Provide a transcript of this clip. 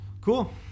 Cool